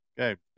Okay